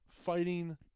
fighting